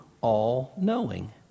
all-knowing